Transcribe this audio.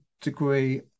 degree